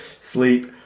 sleep